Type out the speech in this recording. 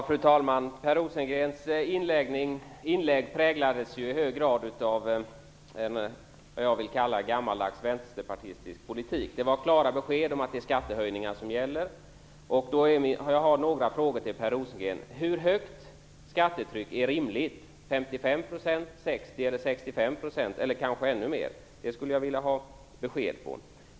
Fru talman! Herr Rosengrens inlägg präglades i hög grad av gammeldags vänsterpolitisk retorik. Det var klara besked om att det är endast skattehöjningar som gäller. Jag har några frågor till Per Rosengren. Hur högt skattetryck är rimligt? 55, 60, 65 % eller kanske ännu mera? Jag skulle vilja ha besked.